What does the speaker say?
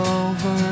over